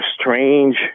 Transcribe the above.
strange